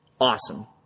Awesome